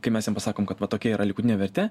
kai mes jam pasakom kad va tokia yra likutinė vertė